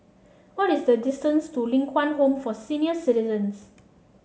what is the distance to Ling Kwang Home for Senior Citizens